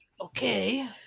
Okay